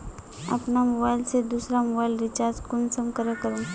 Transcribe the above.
अपना मोबाईल से दुसरा मोबाईल रिचार्ज कुंसम करे करूम?